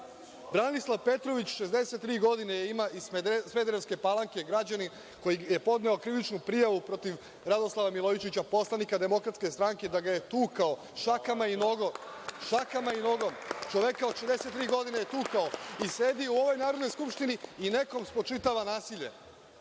Branislav Petrović ima 63 godine, iz Smederevske Palanke je, građanin je koji je podneo krivičnu prijavu protiv Radoslava Milojičića, poslanika DS, da ga je tukao šakama i nogom, čoveka od 63 godine je tukao, i sedi u ovoj Narodnoj skupštini i nekom spočitava nasilje.